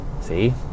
See